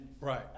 Right